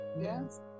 yes